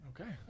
Okay